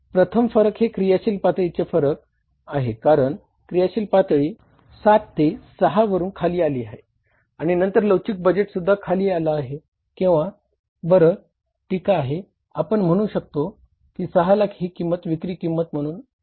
तर प्रथम फरक हे क्रियाशील पातळीचे फरक आहे कारण क्रियाशील पातळी 7 ते 6 वरुन खाली आली आहे आणि नंतर लवचिक बजेट सुद्धा खाली आहे किंवा बरं टीका आहे आपण म्हूनु शकतो की 6 लाख ही किंमत विक्री म्हणून खाली आली आहे